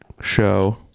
show